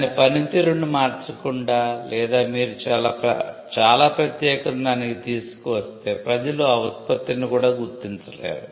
దాని పనితీరును మార్చకుండా లేదా మీరు చాలా ప్రత్యేకతను దానికి తీసుకువస్తే ప్రజలు ఆ ఉత్పత్తిని కూడా గుర్తించలేరు